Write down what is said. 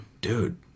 dude